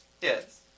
Yes